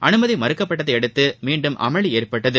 அனுமதி மறுக்கப்பட்டதையடுத்து மீண்டும் அமளி ஏற்பட்டது